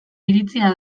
iritzia